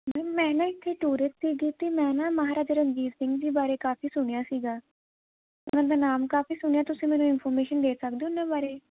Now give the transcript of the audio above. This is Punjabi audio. ਮੈਮ ਮੈਂ ਨਾ ਇੱਥੇ ਟੂਰਿਸਟ ਸੀਗੀ ਅਤੇ ਮੈਂ ਨਾ ਮਹਾਰਾਜਾ ਰਣਜੀਤ ਸਿੰਘ ਜੀ ਬਾਰੇ ਕਾਫੀ ਸੁਣਿਆ ਸੀਗਾ ਉਹਨਾਂ ਦਾ ਨਾਮ ਕਾਫੀ ਸੁਣਿਆ ਤੁਸੀਂ ਮੈਨੂੰ ਇਨਫੋਰਮੇਸ਼ਨ ਦੇ ਸਕਦੇ ਹੋ ਉਹਨਾਂ ਬਾਰੇ